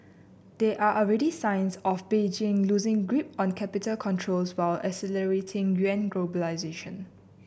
there are already signs of Beijing loosing grip on capital controls while accelerating yuan globalisation